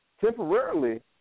Temporarily